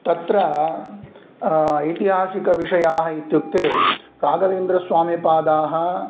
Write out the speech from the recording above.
तत्र ऐतिहासिकविषयाः इत्युक्ते राघवेन्द्रस्वामिपादाः